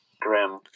grim